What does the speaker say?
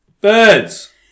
Birds